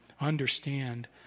understand